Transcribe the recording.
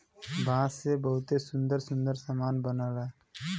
बांस से बहुते सुंदर सुंदर सामान बनला